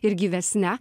ir gyvesne